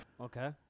Okay